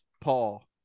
Paul